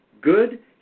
good